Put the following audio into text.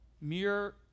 mere